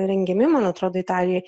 rengiami man atrodo italijoj